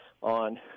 on